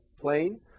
plane